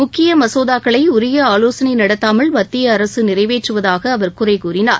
முக்கிய மசோதாக்களை உரிய ஆவோசனை நடத்தாமல் மத்திய அரசு நிறைவேற்றுவதாக அவர் குறை கூறினார்